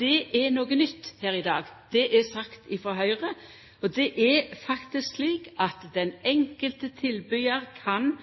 er noko nytt per i dag. Det er sagt ifrå Høgre. Det er faktisk slik at det enkelte individet kan